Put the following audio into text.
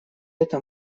этом